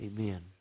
Amen